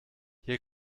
hier